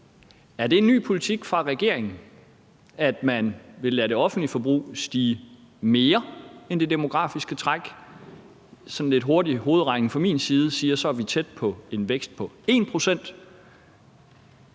om det er en ny politik fra regeringens side, at man vil lade det offentlige forbrug stige mere end det demografiske træk. Sådan lidt hurtig hovedregning fra min side siger, at vi så er tæt på en vækst på 1